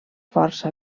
força